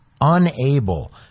unable